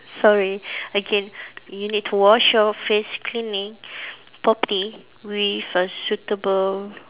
sorry again you need to wash your face cleaning properly with a suitable